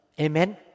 Amen